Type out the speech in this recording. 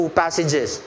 passages